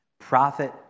Prophet